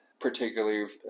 particularly